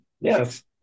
yes